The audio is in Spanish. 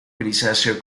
grisáceo